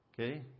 okay